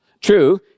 True